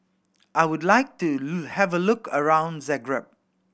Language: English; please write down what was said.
I would like to have a look around Zagreb